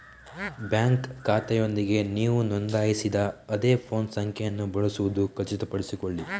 bank ಖಾತೆಯೊಂದಿಗೆ ನೀವು ನೋಂದಾಯಿಸಿದ ಅದೇ ಫೋನ್ ಸಂಖ್ಯೆಯನ್ನು ಬಳಸುವುದನ್ನು ಖಚಿತಪಡಿಸಿಕೊಳ್ಳಿ